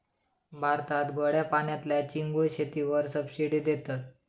भारतात गोड्या पाण्यातल्या चिंगूळ शेतीवर सबसिडी देतत